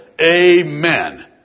Amen